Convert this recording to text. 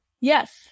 yes